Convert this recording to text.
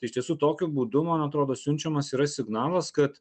tai iš tiesų tokiu būdu man atrodo siunčiamas yra signalas kad